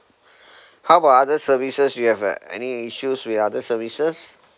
how about other services you have uh any issues with other services